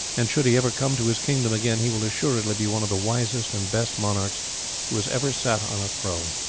and should he ever come to his kingdom again he will assuredly be one of the wisest and best monarchs who has ever sat on a throne.